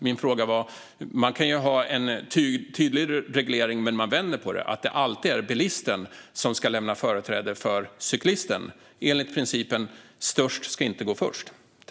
Min fråga gällde att man kan ha en tydlig reglering men vända på det så att det alltid är bilisten som ska lämna företräde för cyklisten enligt principen störst ska inte gå först.